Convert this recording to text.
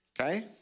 okay